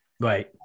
Right